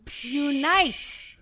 Unite